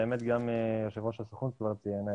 גם יושב ראש הסוכנות ציין,